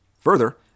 Further